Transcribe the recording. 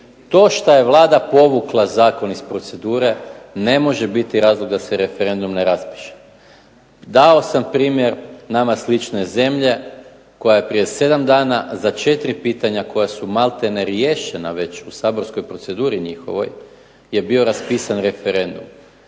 to što je Vlada povukla zakon iz procedure ne može biti razlog da se referendum ne raspiše. Dao sam primjer nama slične zemlje koja je prije 7 dana za 4 pitanja koja su malte ne riješena već u saborskoj proceduri njihovoj je bio raspisan referendum